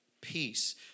peace